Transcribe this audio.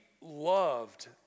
loved